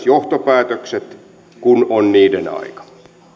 johtopäätökset kun on niiden aika